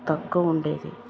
తక్కువ ఉండేది